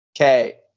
Okay